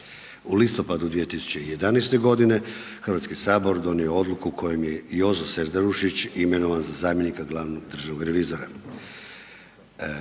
U listopadu 2011. godine Hrvatski sabor donio je odluku kojom je Jozo Serdarušić imenovan za zamjenika glavnog državnog revizora.